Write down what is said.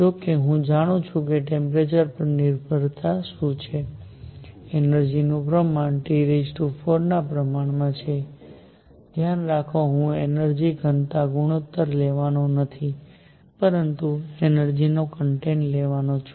જો કે હું જાણું છું કે ટેમ્પરેચર પર નિર્ભરતા શું છે એનર્જીનું પ્રમાણ T4 ના પ્રમાણમાં છે ધ્યાન રાખો હું એનર્જી ઘનતાનો ગુણોત્તર લેવાનો નથી પરંતુ એનર્જીનો કોન્ટેન્ટ લેવાનો છું